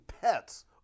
pets